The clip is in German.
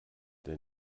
der